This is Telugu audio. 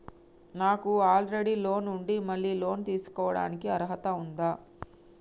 నాకు ఆల్రెడీ లోన్ ఉండి మళ్ళీ లోన్ తీసుకోవడానికి అర్హత ఉందా?